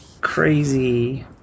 crazy